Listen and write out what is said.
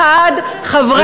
61 חברי כנסת,